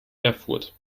erfurt